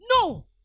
No